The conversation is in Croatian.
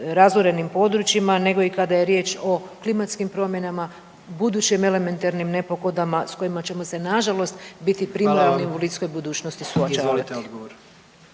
razorenim područjima nego i kada je riječ o klimatskim promjenama, budućim elementarnim nepogodama s kojima ćemo se nažalost biti primorani u bliskoj budućnosti suočavati.